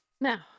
Now